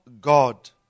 God